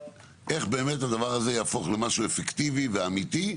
היא איך באמת הדבר הזה יהפוך למשהו אפקטיבי ואמיתי,